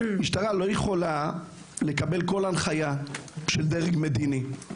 המשטרה לא יכולה לקבל כל הנחיה של דרג מדיני,